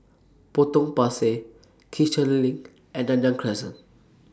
Potong Pasir Kiichener LINK and Nanyang Crescent